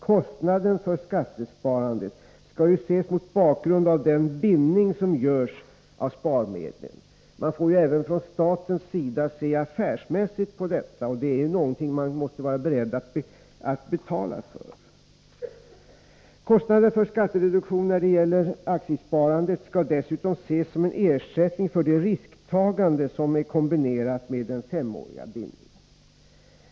Kostnaden för skattesparandet skall ju ses mot bakgrund av den bindning som görs av sparmedel. Man får ju även från statens sida se affärsmässigt på detta, och det är någonting man måste vara beredd att betala för. Kostnaden för skattereduktionen när det gäller aktiesparandet skall dessutom ses som en ersättning för det risktagande som är kombinerat med den femåriga bindningen.